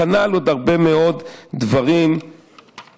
כנ"ל עוד הרבה מאוד דברים טובים